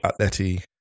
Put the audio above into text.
Atleti